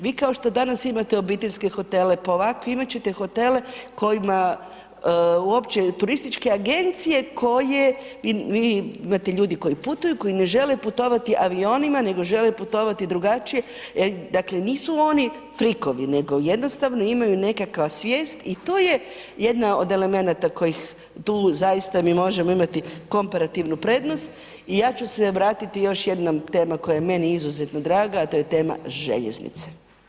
Vi kao što danas imate obiteljske hotele, pa ovako, imat ćete hotele kojima uopće i turističke agencije koje, imate ljudi koji putuju koji ne žele putovati avionima nego žele putovati drugačije, dakle nisu oni frikovi nego jednostavno imaju nekakvu svijest i to je jedna od elemenata koji ih tu zaista mi možemo imati komparativnu prednost i ja ću se vratiti još jednom, tema koja je meni izuzetno draga, to je tema željeznice.